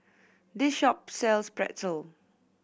this shop sells Pretzel